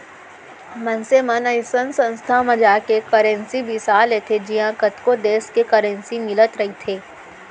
मनसे मन अइसन संस्था म जाके करेंसी बिसा लेथे जिहॉं कतको देस के करेंसी मिलत रहिथे